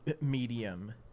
medium